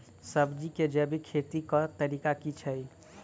सब्जी केँ जैविक खेती कऽ तरीका की अछि?